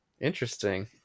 Interesting